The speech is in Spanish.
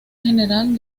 general